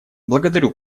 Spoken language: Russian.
благодарю